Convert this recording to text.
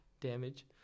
damage